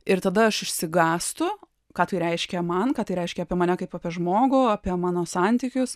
ir tada aš išsigąstu ką tai reiškia man kad tai reiškia apie mane kaip apie žmogų apie mano santykius